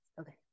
Okay